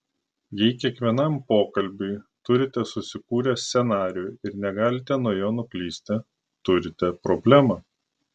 jei kiekvienam pokalbiui turite susikūrę scenarijų ir negalite nuo jo nuklysti turite problemą